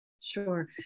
Sure